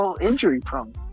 injury-prone